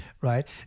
right